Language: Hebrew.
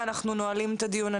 ואנחנו נועלים את הדיון.